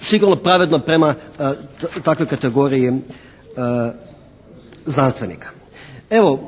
sigurno pravedno prema takvoj kategoriji znanstvenika. Evo,